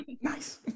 Nice